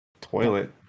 Toilet